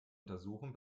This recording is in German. untersuchen